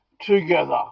together